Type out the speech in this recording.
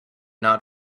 not